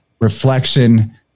reflection